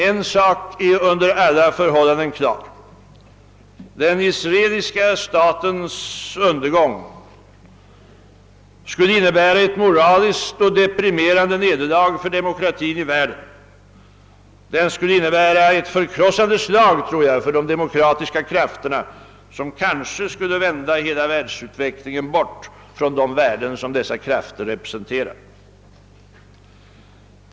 — En sak är under alla förhållanden klar: den israeliska statens undergång skulle innebära ett deprimerande moraliskt nederlag för demokratin i världen, skulle innebära ett förkrossande slag, tror jag, för de demokratiska krafterna, som kanske skulle vända hela världsutvecklingen bort från de värden som dessa krafter representerar.